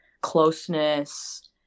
closeness